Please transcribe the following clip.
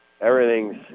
everything's